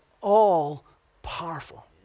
all-powerful